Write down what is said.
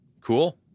Cool